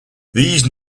these